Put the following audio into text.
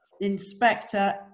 Inspector